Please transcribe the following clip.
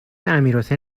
امیرحسین